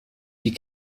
die